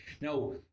Now